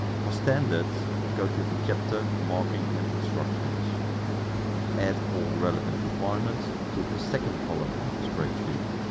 for standards go to the chapter marking and instructions add all relevant requirements to the second column of the spreadsheet.